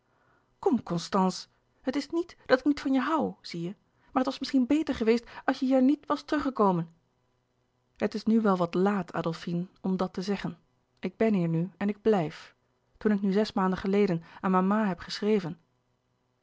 kom constance het is niet dat ik niet van je hoû zie je maar het was misschien beter geweest als je hier niet was terug gekomen het is nu wel wat laat adolfine om dat te zeggen ik ben hier nu en ik blijf toen ik nu zes maanden geleden aan mama heb geschreven